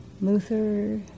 Luther